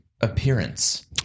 appearance